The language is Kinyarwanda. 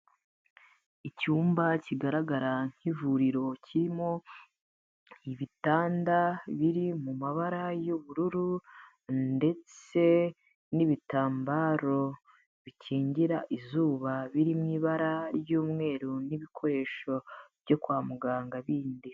Icyumba kigaragara nk'ivuriro kirimo ibitanda biri mu mabara y'ubururu, ndetse n'ibitambaro bikingira izuba biri mw’ibara ry'umweru, n'ibikoresho byo kwa muganga bindi.